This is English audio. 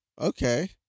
okay